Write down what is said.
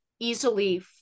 easily